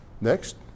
Next